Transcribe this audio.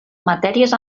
matèries